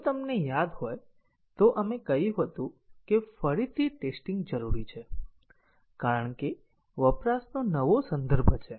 જો તમને યાદ હોય તો આપણે કહ્યું હતું કે ફરીથી ટેસ્ટીંગ જરૂરી છે કારણ કે વપરાશનો નવો સંદર્ભ છે